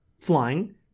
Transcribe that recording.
Flying